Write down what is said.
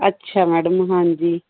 ਅੱਛਾ ਮੈਡਮ ਹਾਂਜੀ